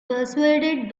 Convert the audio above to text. persuaded